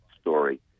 story